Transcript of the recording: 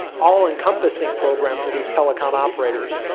all encompassing program for these telecom operators.